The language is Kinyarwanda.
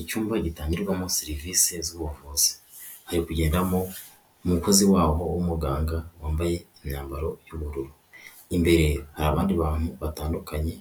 Icyumba gitangirwamo serivisi z'ubuvuzi yo kugendamo umukozi wabo w'umuganga wambaye imyambaro y'ubururu'imbere hari abandi bantu batandukanye